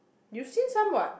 you seen some what